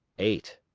eight.